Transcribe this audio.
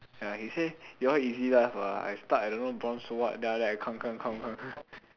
ya he say you all easy life [what] I stuck at don't know bronze so what then after that I climb climb climb climb climb